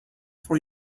for